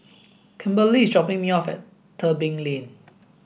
Kimberlie is dropping me off at Tebing Lane